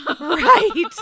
right